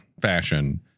fashion